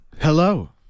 Hello